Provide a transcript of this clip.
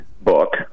book